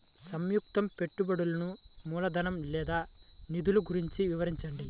సంయుక్త పెట్టుబడులు మూలధనం లేదా నిధులు గురించి వివరించండి?